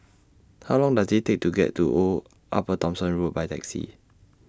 How Long Does IT Take to get to Old Upper Thomson Road By Taxi